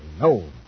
No